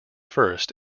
first